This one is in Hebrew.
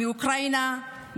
מאוקראינה,